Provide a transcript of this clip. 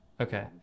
Okay